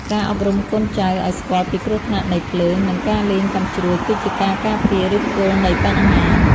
ការអប់រំកូនចៅឱ្យស្គាល់ពីគ្រោះថ្នាក់នៃភ្លើង និងការលេងកាំជ្រួចគឺជាការការពារឫសគល់នៃបញ្ហា។